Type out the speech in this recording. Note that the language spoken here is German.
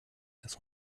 das